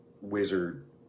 wizard